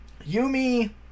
Yumi